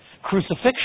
Crucifixion